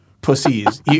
Pussies